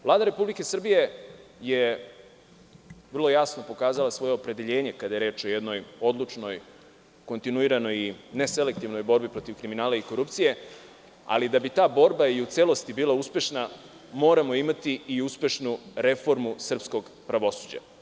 Vlada Republike Srbije je vrlo jasno pokazala svoje opredeljenje kada je reč o jednoj odlučnoj, kontinuiranoj, neselektivnoj borbi protiv kriminala i korupcije, ali da bi ta borba u celosti bila uspešna, moramo imati uspešnu reformu srpskog pravosuđa.